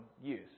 use